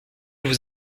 vous